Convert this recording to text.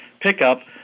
pickup